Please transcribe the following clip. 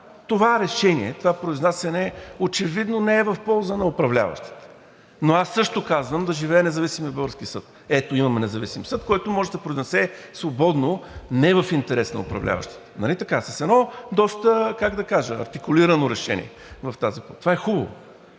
това решение, това произнасяне очевидно не е в полза на управляващите. Аз обаче също казвам: „Да живее независимият български съд!“ Ето, имаме независим съд, който може да се произнесе свободно, не в интерес на управляващите. Нали така? С едно доста, как да кажа, артикулирано решение. Това е хубаво.